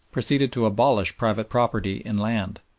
proceeded to abolish private property in land.